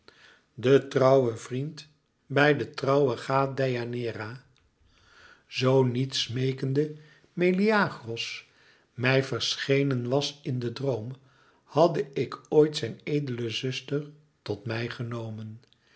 de trouwe vriend bij de trouwe gâ deianeira zoo niet smeekende meleagros mij verschenen was in den droom hadde ik ooit zijn edele zuster tot mij genomen